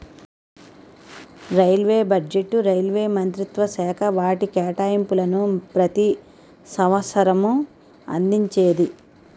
railway బడ్జెట్ను railway మంత్రిత్వశాఖ వాటి కేటాయింపులను ప్రతి సంవసరం అందించేది